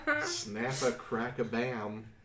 Snap-a-crack-a-bam